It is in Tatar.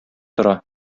тора